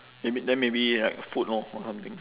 then ma~ then maybe like food lor or something